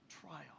trial